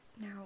Now